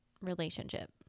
relationship